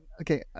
okay